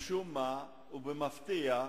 משום מה, ובמפתיע,